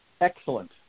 Excellent